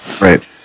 Right